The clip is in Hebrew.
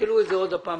תשקלו את זה עוד פעם.